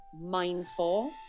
mindful